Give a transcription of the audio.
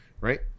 right